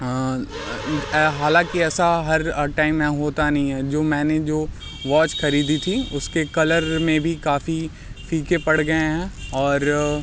हालाँकि ऐसा हर टाइम में होता नहीं है जो मैंने जो वॉच खरीदी थी उसके कलर में भी काफ़ी फीके पड़ गए हैं और